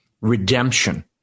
redemption